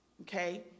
okay